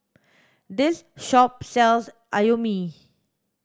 this shop sells Imoni